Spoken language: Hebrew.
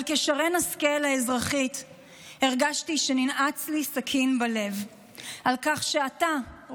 אבל כשרן השכל האזרחית הרגשתי שננעץ לי סכין בלב על כך שאתה,